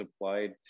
applied